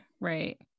right